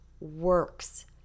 works